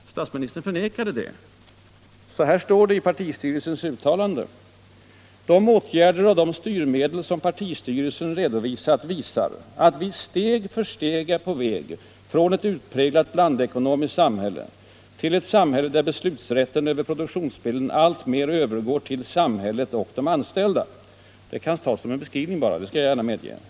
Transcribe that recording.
Statsministern förnekade det. Så här står det i partistyrelsens uttalande: ”De åtgärder och de styrmedel som partistyrelsen tidigare redovisat visar att vi steg för steg är på väg från ett utpräglat blandekonomiskt samhälle till ett samhälle där beslutsrätten över produktionsmedlen alltmer övergår till samhället och de anställda.” Det kan tas som bara en beskrivning, det skall jag gärna medge.